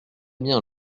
bien